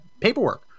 paperwork